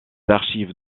archives